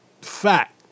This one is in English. fact